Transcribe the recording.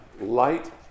light